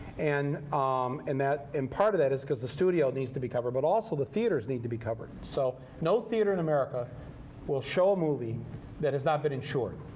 and um and that and part of that is because the studio needs to be covered, but also the theaters need to be covered. so no theater in america will show a movie that has not been insured.